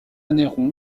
anneyron